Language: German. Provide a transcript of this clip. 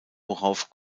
worauf